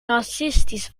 racistisch